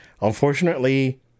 Unfortunately